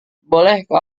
bolehkah